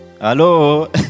Hello